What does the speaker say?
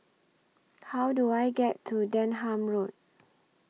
How Do I get to Denham Road